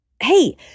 hey